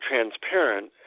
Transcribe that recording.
transparent